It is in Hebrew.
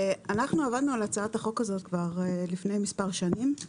אנחנו עבדנו על הצעת החוק כבר לפני כמה שנים.